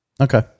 Okay